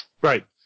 Right